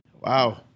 Wow